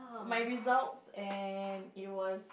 my results and it was